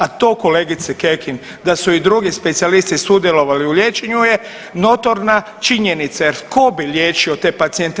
A to kolegice Kekin da su i drugi specijalisti sudjelovali u liječenju je notorna činjenica jer tko bi liječio to pacijente.